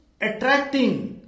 attracting